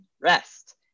rest